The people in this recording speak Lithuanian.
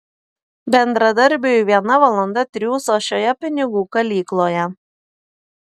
bendradarbiui viena valanda triūso šioje pinigų kalykloje